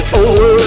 over